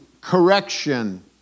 correction